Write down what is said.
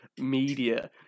media